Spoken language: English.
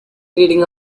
reading